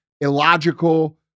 illogical